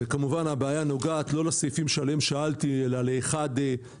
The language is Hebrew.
וכמובן הבעיה נוגעת לא לסעיפים שעליהם שאלתי אלא ל-1(ה2),